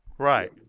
Right